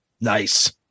Nice